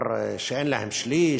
אין להם שליש,